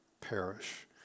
perish